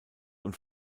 und